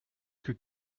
que